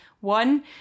One